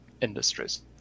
industries